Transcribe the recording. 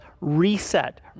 reset